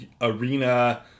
arena